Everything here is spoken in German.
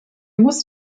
muss